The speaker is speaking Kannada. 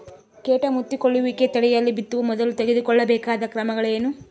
ಕೇಟ ಮುತ್ತಿಕೊಳ್ಳುವಿಕೆ ತಡೆಯಲು ಬಿತ್ತುವ ಮೊದಲು ತೆಗೆದುಕೊಳ್ಳಬೇಕಾದ ಕ್ರಮಗಳೇನು?